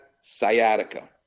sciatica